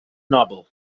noble